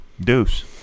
Deuce